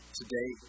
today